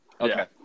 Okay